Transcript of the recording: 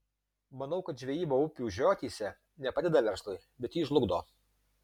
manau kad žvejyba upių žiotyse ne padeda verslui bet jį žlugdo